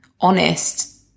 honest